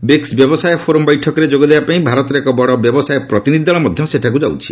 BRICS ବ୍ୟବସାୟ forum ବୈଠକରେ ଯୋଗ ଦେବା ପାଇଁ ଭାରତର ଏକ ବଡ଼ ବ୍ୟବସାୟ ପ୍ରତିନିଧି ଦଳ ମଧ୍ୟ ସେଠାକୁ ଯାଉଛି